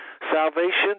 salvation